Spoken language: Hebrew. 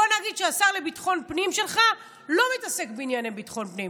בוא נגיד שהשר לביטחון פנים שלך לא מתעסק בענייני ביטחון פנים.